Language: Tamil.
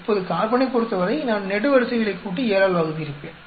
இப்போது கார்பனைப் பொறுத்தவரை நான் நெடுவரிசைகளைக் கூட்டி 7 ஆல் வகுத்திருப்பேன்